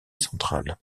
centrale